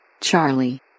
Charlie